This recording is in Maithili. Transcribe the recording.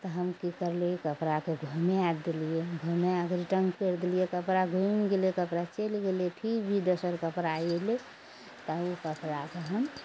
तऽ हम की करलियै कपड़ाके घुमाय देलियै घुमय देलियै तऽ हम छोड़ि देलियै कपड़ा घुमि गेलय कपड़ा चलि गेलय फिर भी दोसर कपड़ा अयलइ तऽ उ कपड़ाके हम